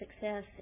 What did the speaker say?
success